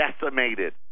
decimated